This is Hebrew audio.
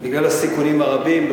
בגלל הסיכונים הרבים.